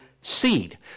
seed